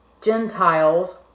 Gentiles